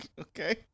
Okay